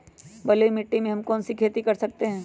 बलुई मिट्टी में हम कौन कौन सी खेती कर सकते हैँ?